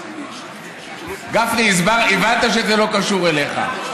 גפני, הבנת שזה לא קשור אליך.